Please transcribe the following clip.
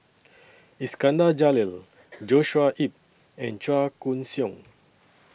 Iskandar Jalil Joshua Ip and Chua Koon Siong